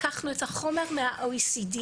לקחנו את החומר מה-OECD,